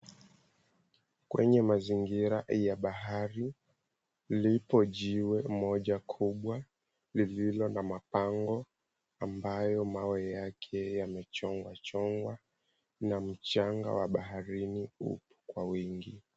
Kwenye mazingira ya bahari, lipo jiwe moja kubwa lililo na mabango ambayo mawe yake yamechongwachongwa na mchanga wa baharini huku kwa wingi.